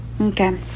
Okay